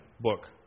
book